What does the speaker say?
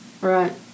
Right